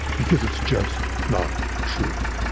because it's just not true